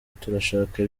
turashaka